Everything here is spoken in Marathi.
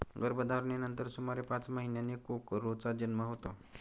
गर्भधारणेनंतर सुमारे पाच महिन्यांनी कोकरूचा जन्म होतो